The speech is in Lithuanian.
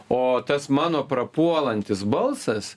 o tas mano prapuolantis balsas